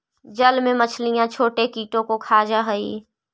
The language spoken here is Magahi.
जल में मछलियां छोटे कीटों को खा जा हई